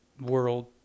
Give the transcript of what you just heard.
world